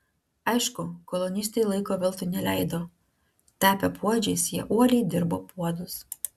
aišku kolonistai laiko veltui neleido tapę puodžiais jie uoliai dirbo puodus